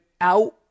out